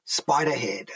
Spiderhead